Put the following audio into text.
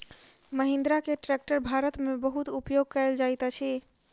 महिंद्रा के ट्रेक्टर भारत में बहुत उपयोग कयल जाइत अछि